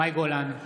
מאי גולן,